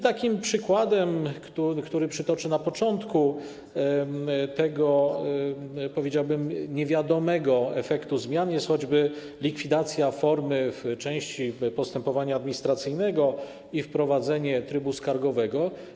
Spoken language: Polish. Takim przykładem, który przytoczę na początku tego, powiedziałbym, niewiadomego efektu zmian, jest choćby likwidacja formy w części postępowania administracyjnego i wprowadzenie trybu skargowego.